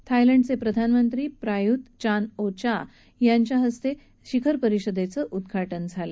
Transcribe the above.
थायलंडचे प्रधानमंत्री Prayut Chan-o-cha यांच्या हस्ते या शिखर परिषदेचं उद्घाटन झालं